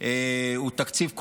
הוא תקציב כואב,